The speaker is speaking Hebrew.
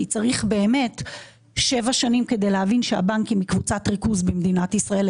כי צריך באמת שבע שנים כדי להבין שהבנקים היא קבוצת ריכוז במדינת ישראל.